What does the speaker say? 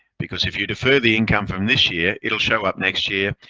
because if you defer the income from this year, it will show up next year.